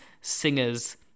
singers